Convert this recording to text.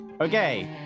Okay